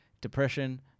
depression